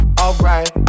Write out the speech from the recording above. alright